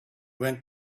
went